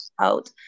out